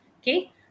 okay